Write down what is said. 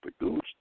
produced